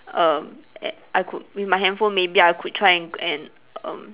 um a~ I could with my handphone maybe I could try and and um